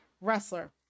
wrestler